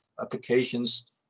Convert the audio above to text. applications